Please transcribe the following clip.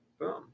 Boom